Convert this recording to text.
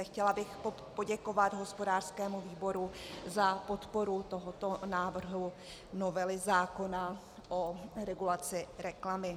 Chtěla bych poděkovat hospodářskému výboru za podporu tohoto návrhu novely zákona o regulaci reklamy.